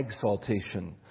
exaltation